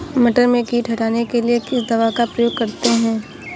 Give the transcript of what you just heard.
मटर में कीट हटाने के लिए किस दवा का प्रयोग करते हैं?